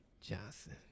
Johnson